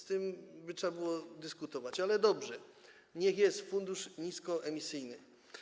Z tym by trzeba było dyskutować, ale dobrze, niech będzie fundusz niskoemisyjny.